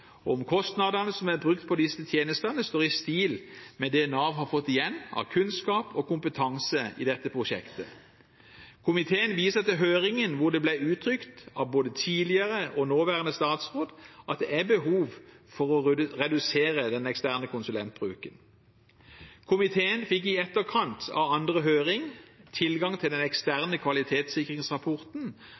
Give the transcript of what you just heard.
om kostnadene som er brukt på disse tjenestene, står i stil med det Nav har fått igjen av kunnskap og kompetanse i dette prosjektet. Komiteen viser til høringen, hvor det ble uttrykt av både tidligere og nåværende statsråd at det er behov for å redusere den eksterne konsulentbruken. Komiteen fikk i etterkant av den andre høringen tilgang til den eksterne kvalitetssikringsrapporten